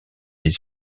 les